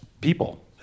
people